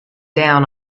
down